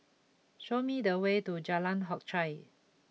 show me the way to Jalan Hock Chye